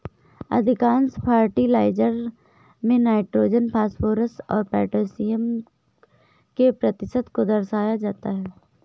अधिकांश फर्टिलाइजर में nitrogen, phosphorus और पौटेशियम के प्रतिशत को दर्शाया जाता है